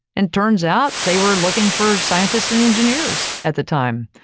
and turns out, they were looking for scientists and engineers at the time.